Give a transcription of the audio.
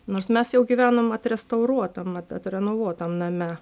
nors mes jau gyvenom atrestauruotam atrenovuotam name